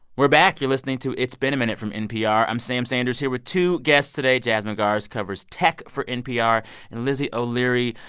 we're back. you're listening to it's been a minute from npr. i'm sam sanders here with two guests today. jasmine garsd covers tech for npr and lizzie o'leary,